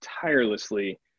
tirelessly